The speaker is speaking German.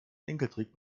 enkeltrick